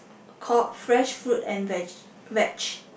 call fresh fruit and veg veg